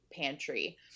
pantry